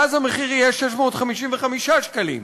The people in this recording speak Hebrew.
ואז המחיר יהיה 655 שקלים,